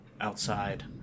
outside